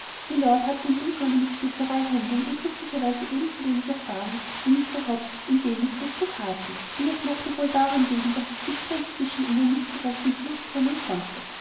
mylord hatte im umgange mit spezereihändlern unglücklicherweise ebensowenig erfahrung wie mr hobbs in dem mit ristokraten und es mochte wohl daran liegen daß das gespräch zwischen ihnen nicht recht in fluß kommen wollte